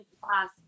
class